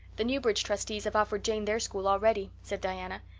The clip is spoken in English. the newbridge trustees have offered jane their school already, said diana.